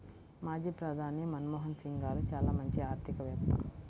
మాజీ ప్రధాని మన్మోహన్ సింగ్ గారు చాలా మంచి ఆర్థికవేత్త